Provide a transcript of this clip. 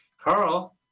Carl